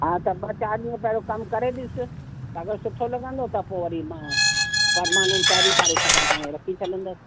हा त ॿ चार ॾींहं पहिरो कम करे ॾिस अगरि सुठो लॻंदो त पोइ वरी मां परमानेंट पहिरीं तारीख़ खां तव्हांखे रखी छॾंदसि